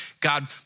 God